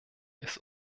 ist